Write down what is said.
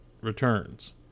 returns